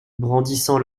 brandissant